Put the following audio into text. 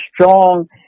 strong